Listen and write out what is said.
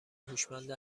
هوشمند